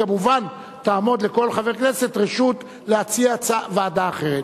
כמובן, תעמוד לכל חבר כנסת רשות להציע ועדה אחרת.